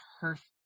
perfect